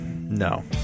No